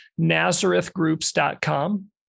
nazarethgroups.com